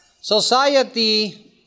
Society